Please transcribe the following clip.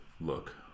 look